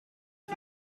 von